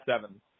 seven